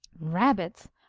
rabbits!